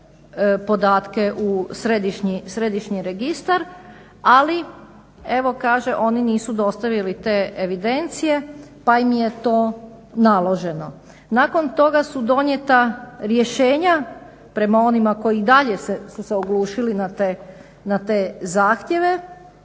podatke u središnji registar, ali evo kaže oni nisu dostavili te evidencije pa im je to naloženo. Nakon toga su donijeta rješenja prema onima koji i dalje su se oglušili na te zahtjeve,